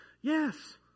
yes